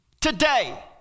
today